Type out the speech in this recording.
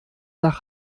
nach